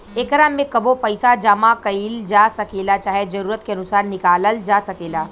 एकरा में कबो पइसा जामा कईल जा सकेला, चाहे जरूरत के अनुसार निकलाल जा सकेला